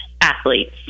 athletes